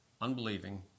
unbelieving